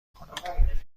کنم